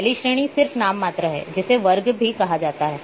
पहली श्रेणी सिर्फ नाममात्र है जिसे वर्ग भी कहा जाता है